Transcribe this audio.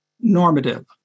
normative